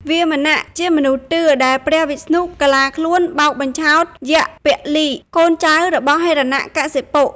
វាមនៈ ជាមនុស្សតឿ ដែលព្រះវិស្ណុកាឡាខ្លួនបោកបញ្ឆោតយក្សពលិ(កូនចៅរបស់ហិរណកសិបុ)។